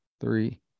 three